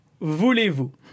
voulez-vous